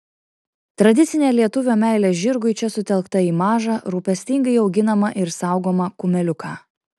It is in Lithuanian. tradicinė lietuvio meilė žirgui čia sutelkta į mažą rūpestingai auginamą ir saugomą kumeliuką